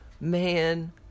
man